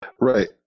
right